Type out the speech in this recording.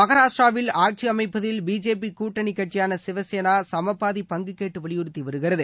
மகாராஷ்டிராவில் ஆட்சி அமைப்பதில் பிஜேபி கூட்டணி கட்சியான சிவசேனா சம பாதி பங்கு கேட்டு வலியுறுத்தி வருகிறது